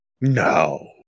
no